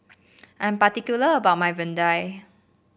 I'm particular about my vadai